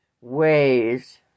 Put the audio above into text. ways